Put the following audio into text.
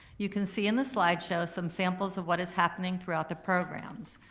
you can see in the slideshow some samples of what is happening throughout the programs.